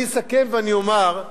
אני אסכם ואומר,